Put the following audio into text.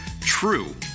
true